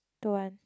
don't want